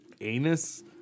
Anus